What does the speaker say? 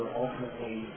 ultimately